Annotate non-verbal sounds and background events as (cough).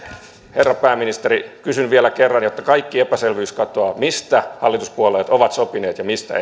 herra pääministeri kysyn vielä kerran jotta kaikki epäselvyys katoaa mistä hallituspuolueet ovat sopineet ja mistä (unintelligible)